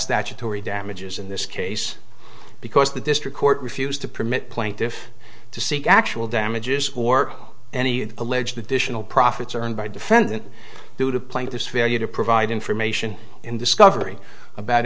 statutory damages in this case because the district court refused to permit plaintiffs to seek actual damages or any alleged additional profits earned by defendant due to playing this failure to provide information in discovery about